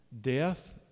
Death